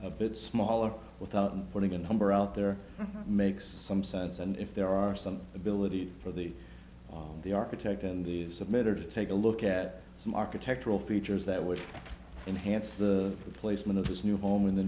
a bit smaller without putting a number out there makes some sense and if there are some ability for the all the architect and the submitter to take a look at some architectural features that would enhance the placement of this new home in the